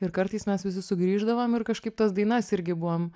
ir kartais mes visi sugrįždavom ir kažkaip tas dainas irgi buvom